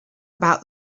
about